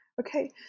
Okay